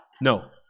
no